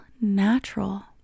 natural